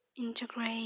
Integrate